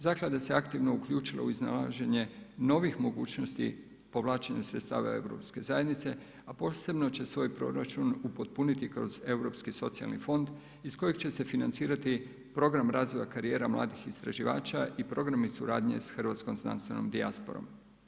Zaklada se aktivno uključila u iznalaženje novih mogućnosti povlačenja sredstava Europske zajednice, a posebno će svoj proračun upotpuniti kroz Europski socijalni fond iz kojeg će se financirati Program razvoja karijera mladih istraživača i Programi suradnje s Hrvatskom znanstvenom dijasporom.